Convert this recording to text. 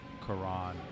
Quran